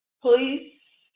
police